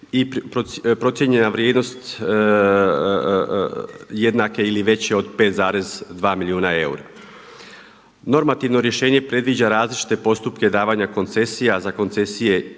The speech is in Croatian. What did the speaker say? i procijenjena vrijednost jednake ili veće od 5,2 milijuna eura. Normativno rješenje predviđa različite postupke davanja koncesija za koncesije